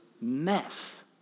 mess